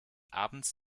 abends